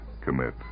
commit